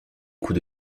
coûts